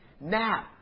Now